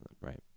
right